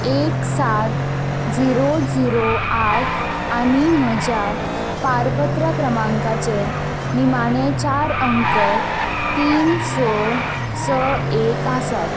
एक सात zero zero आठ आनी म्हज्या पारपत्र क्रमांकाचे निमाणे चार अंक तीन स स एक आसात